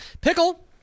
Pickle